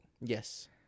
Yes